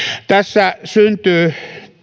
tässä syntyy